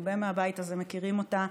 הרבה מהבית הזה מכירים אותה,